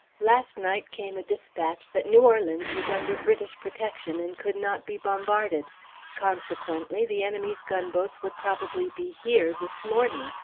last night came a dispatch that new orleans was under british protection, and could not be bombarded consequently, the enemy's gunboats would probably be here this morning,